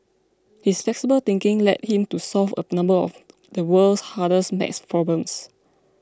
his flexible thinking led him to solve a number of the world's hardest maths problems